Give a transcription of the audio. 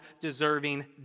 deserving